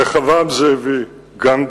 רחבעם זאבי, גנדי,